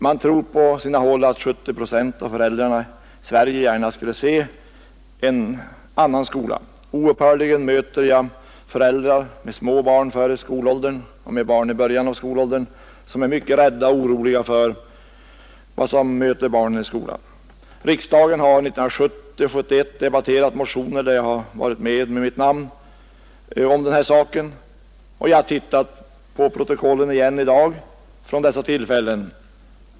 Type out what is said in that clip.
Det anses på sina håll att 70 procent av föräldrarna i Sverige gärna skulle se en annan skola. Oupphörligen möter jag föräldrar med små barn under skolåldern och med barn i början av skolåldern, som är mycket rädda och oroliga för vad som skall möta barnen i skolan. Riksdagen har under 1970 och 1971 debatterat motioner med samma innehåll, som jag har varit med om att underteckna. Jag har i dag läst igenom protokollen från dessa tillfällen.